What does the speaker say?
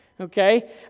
Okay